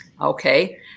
Okay